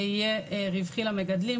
זה יהיה רווחי למגדלים,